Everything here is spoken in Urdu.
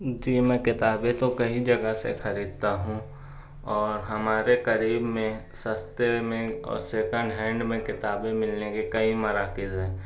جی میں کتابیں تو کئی جگہ سے خریدتا ہوں اور ہمارے قریب میں سستے میں اور سیکنڈ ہینڈ میں کتابیں ملنے کے کئی مراکز ہیں